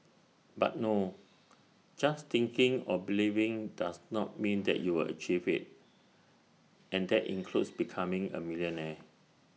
but no just thinking or believing does not mean that you will achieve IT and that includes becoming A millionaire